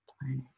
planet